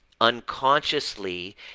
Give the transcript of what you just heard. unconsciously